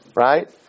Right